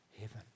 heaven